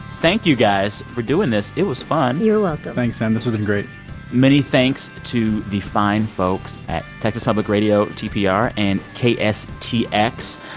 thank you for doing this. it was fun you're welcome thanks, sam. this has been great many thanks to the fine folks at texas public radio, tpr, and kstx.